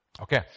Okay